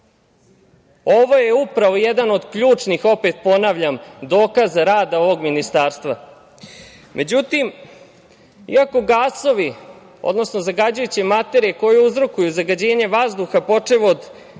Ovo je upravo jedan od ključnih, opet ponavljam, dokaza rada ovog ministarstva. Međutim, iako gasovi, odnosno zagađujuće materije koji uzrokuju zagađenje vazduha počev od